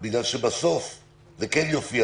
בגלל שבסוף זה כן יופיע